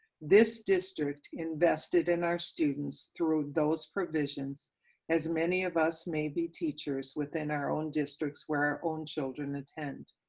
this district invested in our students through those provisions as many of us may be teachers within our own districts where our own children attend,